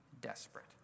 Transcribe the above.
desperate